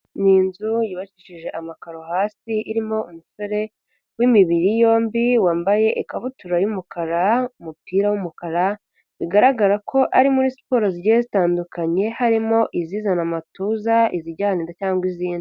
Ni inzu yubakishije amakaro hasi, irimo umusore w'imibiri yombi wambaye ikabutura y'umukara, umupira w'umukara, bigaragara ko ari muri siporo zigiye zitandukanye, harimo izizana amatuza, izijyana inda cyangwa izindi.